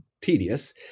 tedious